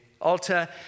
altar